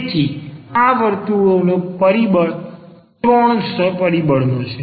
તેથી આ વર્તુળોનો 3 પરિબળ નો સમૂહ છે